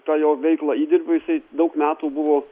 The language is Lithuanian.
tą jo veiklą įdirbiu jisai daug metų buvo